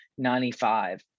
95